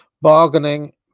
Bargaining